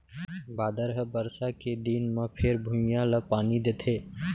बादर ह बरसा के दिन म फेर भुइंया ल पानी देथे